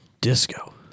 Disco